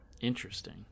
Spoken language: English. interesting